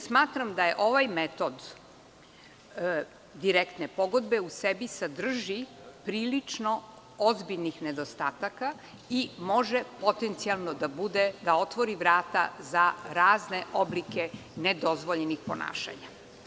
Smatram da ovaj metod direktne pogodbe u sebi sadrži prilično ozbiljne nedostatke i može potencijalno da otvori vrata za razne oblike nedozvoljenih ponašanja.